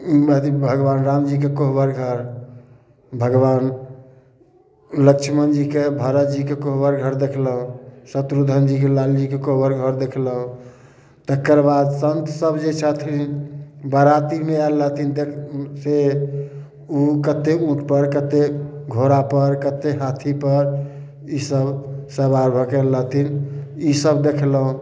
ई मेहदी भगबान रामजीके कोहबर घर भगबान लछमन जीके भरत जीके कोहबर घर देखलहुॅं शत्रुधन जीके लाल जीके कोहबर घर देखलहुॅं तकर बाद सन्त सभ जे छथिन बरातीमे आयल रहथिन देख से ओ कते ऊँट पर कते घोड़ा पर कते हाथी पर ई सभ सवार भऽ गेल रहथिन ई सभ देखलहुॅं